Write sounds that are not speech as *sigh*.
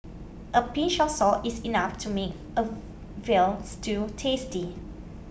a pinch of salt is enough to make a *hesitation* Veal Stew tasty